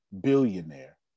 billionaire